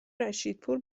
رشیدپور